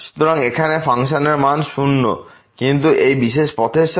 সুতরাং এখানে ফাংশনের মান 0 কিন্তু এই বিশেষ পথের সাথে আমরা দেখেছি মান 4